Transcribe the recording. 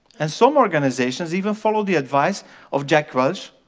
and some organizations even follow the advice of jack welch,